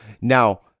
now